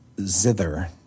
zither